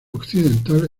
occidental